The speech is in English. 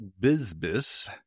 Bizbis